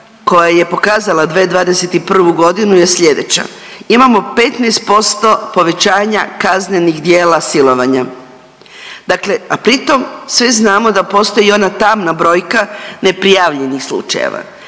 koja je pokazala 2021. godinu je slijedeća. Imamo 15% povećanja kaznenih djela silovanja, dakle, a pritom svi znamo da postoji i ona tamna brojka neprijavljenih slučajeva.